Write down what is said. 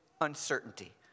uncertainty